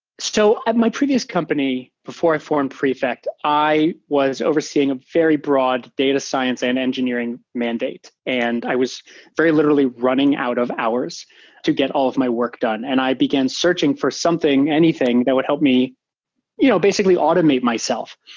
so at my previous company before i formed prefect, i was overseeing a very broad data science and engineering mandate, and i was very literally running out of hours to get all of my work done. and i began searching for something, anything that would help me you know basically automate myself.